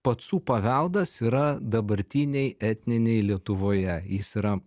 pacų paveldas yra dabartinėj etninėj lietuvoje jis yra